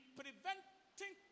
preventing